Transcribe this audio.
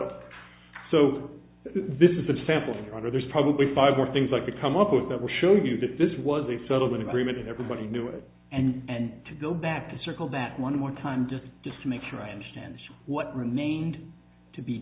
up so this is a sample under there's probably five more things like to come up with that will show you that this was a settlement agreement and everybody knew it and to go back to circle that one more time just just to make sure i understand what remained to be